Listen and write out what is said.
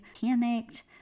panicked